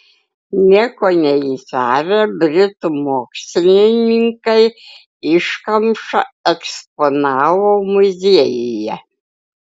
nieko neįtarę britų mokslininkai iškamšą eksponavo muziejuje